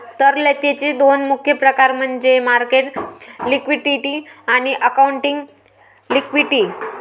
तरलतेचे दोन मुख्य प्रकार म्हणजे मार्केट लिक्विडिटी आणि अकाउंटिंग लिक्विडिटी